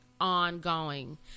ongoing